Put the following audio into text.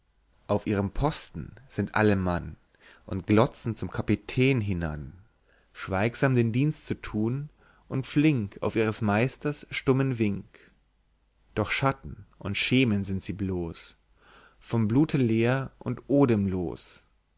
auf ihren posten sind alle mann und glotzen zum kapitän hinan schweigsam den dienst zu thun und flink auf ihres meisters stummen wink doch schatten und schemen sind sie bloß von blute leer und odemlos